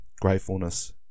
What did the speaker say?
gratefulness